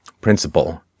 principle